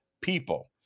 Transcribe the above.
people